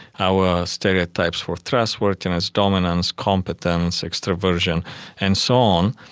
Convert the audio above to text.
our stereotypes for trustworthiness, dominance, competence, extraversion and so on.